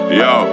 yo